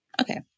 Okay